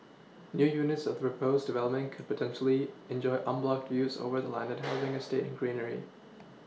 new units of the proposed development could potentially enjoy unblocked views over the landed housing estate and greenery